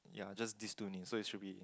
ya just these two only so it should be